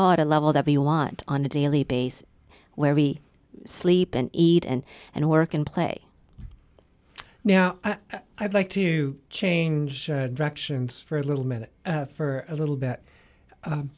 all at a level that you want on a daily basis where we sleep and eat and and work and play now i'd like to change directions for a little minute for a little bit